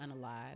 unalive